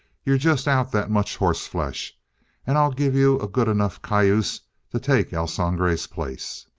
you're just out that much hossflesh, and i'll give you a good enough cayuse to take el sangre's place.